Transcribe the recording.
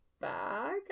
back